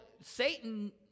Satan